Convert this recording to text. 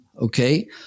Okay